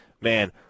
man